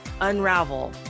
unravel